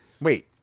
Wait